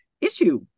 issue